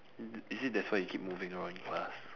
i~ is it that's why you keep moving around in class